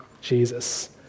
Jesus